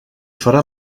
farà